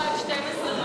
4 עד 12,